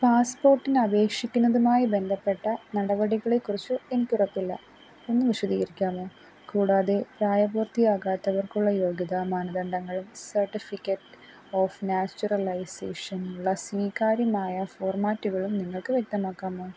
പാസ്പ്പോട്ടിനപേഷിക്കുന്നതിനായി ബന്ധപ്പെട്ട നടപടികളെക്കുറിച്ച് എനിക്ക് ഉറപ്പില്ല ഒന്ന് വിശദീകരിക്കാമോ കൂടാതെ പ്രായപൂർത്തിയാകാത്തവർക്കുള്ള യോഗ്യതാ മാനദണ്ഡങ്ങളും സാട്ടിഫിക്കറ്റ് ഓഫ് നാച്ചുറലൈസേഷനുള്ള സീകാര്യമായ ഫോർമാറ്റുകളും നിങ്ങൾക്ക് വ്യക്തമാക്കാമോ